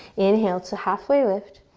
inhale to halfway lift.